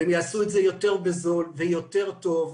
הם גם יעשו את זה יותר בזול ויותר טוב.